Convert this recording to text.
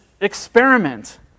experiment